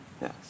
Yes